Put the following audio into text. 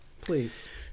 please